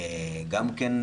גם כן,